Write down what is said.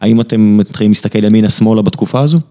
האם אתם מתחילים להסתכל ימינה-שמאלה בתקופה הזו?